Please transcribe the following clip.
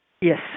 Yes